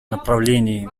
направлении